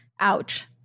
Ouch